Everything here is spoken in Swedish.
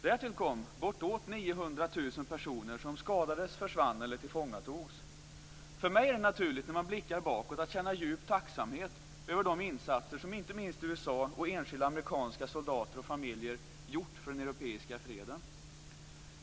Därtill kom bortåt 900 000 personer som skadades, försvann eller tillfångatogs. När man blickar bakåt är det naturligt för mig att känna djup tacksamhet över de insatser som inte minst USA och enskilda amerikanska soldater och familjer gjort för den europeiska freden.